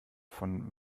von